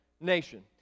nation